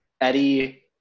Eddie